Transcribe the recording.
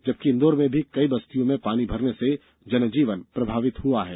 जबकि इंदौर में भी कई बस्तियों में पानी भरने से जनजीवन प्रभावित हुआ है